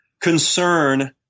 concern